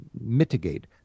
mitigate